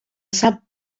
sap